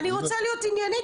אני רוצה היות עניינית,